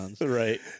Right